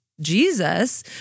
Jesus